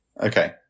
Okay